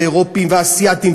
ואירופים ואסייתים,